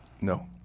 No